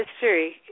history